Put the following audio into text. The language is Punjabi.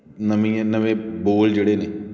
ਨਵੀਂ ਹੈ ਨਵੇਂ ਬੋਲ ਜਿਹੜੇ ਨੇ